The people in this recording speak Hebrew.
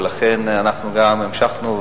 ולכן אנחנו גם המשכנו,